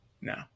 no